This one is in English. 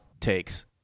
takes